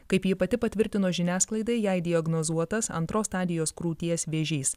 kaip ji pati patvirtino žiniasklaidai jai diagnozuotas antros stadijos krūties vėžys